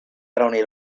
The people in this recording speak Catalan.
reunir